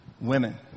Women